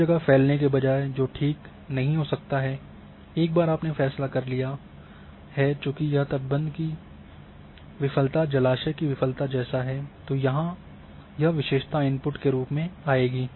हर जगह फैलने के बजाय जो ठीक नहीं हो सकता है एक बार आपने फैसला कर लिया है चूंकि यह तटबंध की विसफलता जलाशय कि विफलता जैसा है तो यहाँ यह विशेषता इनपुट के रूप में आएगी